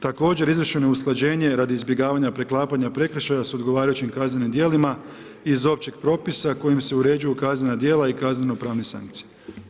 Također izvršeno je usklađenje radi izbjegavanja preklapanja prekršaja sa odgovarajućim kaznenim djelima iz općeg propisa kojim se uređuju kaznena djela i kazneno pravne sankcije.